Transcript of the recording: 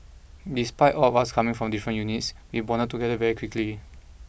despite all of us coming from different units we bonded together very quickly